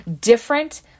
different